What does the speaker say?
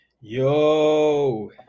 Yo